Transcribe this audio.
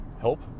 help